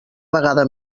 vegada